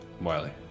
Wiley